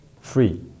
free